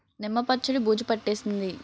నిమ్మ పచ్చడి బూజు పట్టేసింది